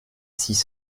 six